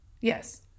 Yes